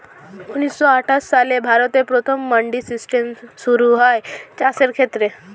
ঊন্নিশো আটাশ সালে ভারতে প্রথম মান্ডি সিস্টেম শুরু হয় চাষের ক্ষেত্রে